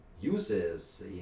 uses